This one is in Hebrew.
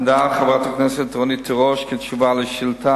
רצוני לשאול: